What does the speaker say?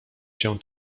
się